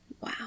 Wow